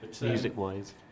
music-wise